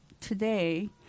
today